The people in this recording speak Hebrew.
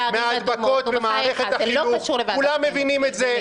--------- כולם מבינים את זה,